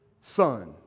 son